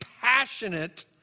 passionate